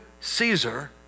Caesar